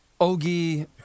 Ogie